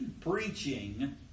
preaching